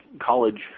college